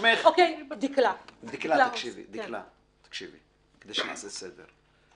דקלה, תקשיבי, כדי שנעשה סדר.